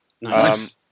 Nice